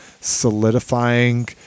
solidifying